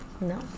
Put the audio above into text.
No